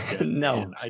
No